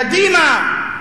קדימה,